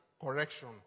correction